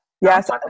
Yes